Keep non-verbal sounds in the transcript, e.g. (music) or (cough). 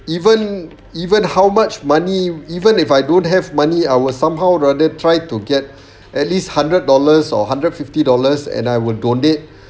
even even how much money even if I don't have money I will somehow rather tried to get (breath) at least hundred dollars or hundred fifty dollars and I will donate (breath)